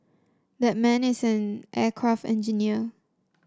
that man is an aircraft engineer